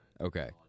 Okay